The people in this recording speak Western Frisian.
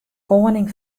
koaning